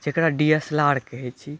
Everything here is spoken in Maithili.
जेकरा डी एस एल आर कहै छी